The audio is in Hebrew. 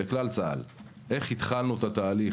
אתה רואה בכלל צה"ל איך התחלנו את התהליך,